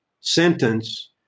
sentence